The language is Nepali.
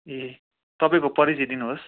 ए तपाईँको परिचय दिनुहोस्